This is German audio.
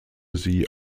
sie